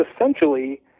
essentially